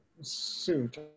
suit